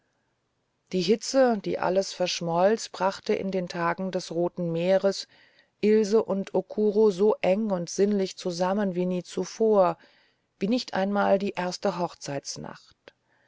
die hitze die alles verschmolz brachte in den tagen des roten meeres ilse und okuro so eng und sinnlich zusammen wie nie vorher wie nicht einmal die erste hochzeitsnacht